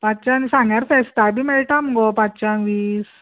पांचश्यान सांग्यार फेस्ता बी मेळटा मगो पांचश्यां वीस